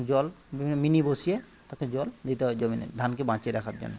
জল মিনি বসিয়ে তাতে জল দিতে হয় জমিনে ধানকে বাঁচিয়ে রাখার জন্য